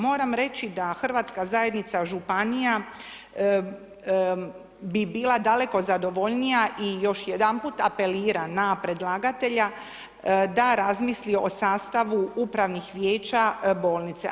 Moram reći da Hrvatska zajednica županija bi bila daleko zadovoljnija i još jedanput apeliram na predlagatelja da razmisli o sastavu upravnih vijeća bolnice.